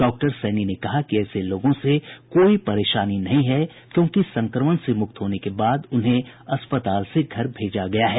डॉ सैनी ने कहा कि ऐसे लोगों से कोई परेशानी नहीं है क्योंकि संक्रमण से मुक्त होने के बाद ही उन्हें अस्पताल से घर भेजा गया है